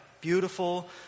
beautiful